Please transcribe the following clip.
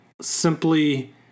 simply